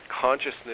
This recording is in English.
consciousness